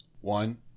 One